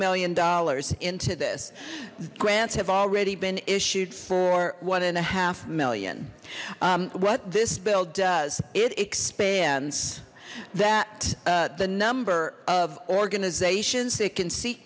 million dollars into this grants have already been issued for one and a half million what this bill does it expands that the number of organizations that can see